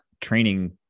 training